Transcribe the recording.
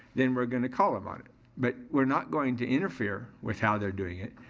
then we're gonna call em on it but we're not going to interfere with how they're doing it.